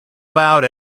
about